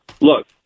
Look